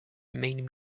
remain